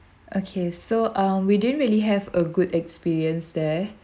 okay so um we didn't really have a good experience there